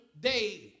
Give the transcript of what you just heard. day